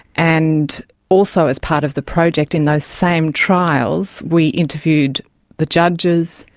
and also as part of the project in those same trials we interviewed the judges,